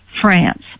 France